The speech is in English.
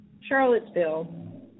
Charlottesville